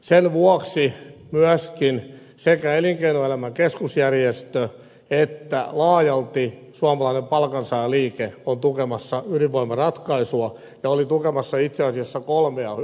sen vuoksi myöskin sekä elinkeinoelämän keskusliitto että laajalti suomalainen palkansaajaliike ovat tukemassa ydinvoimaratkaisua ja olivat tukemassa itse asiassa kolmea ydinvoimalupaa